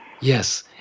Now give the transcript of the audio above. Yes